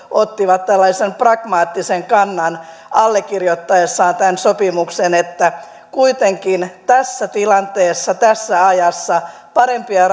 ottivat tällaisen pragmaattisen kannan allekirjoittaessaan tämän sopimuksen että kuitenkin tässä tilanteessa tässä ajassa parempia